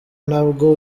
nabwo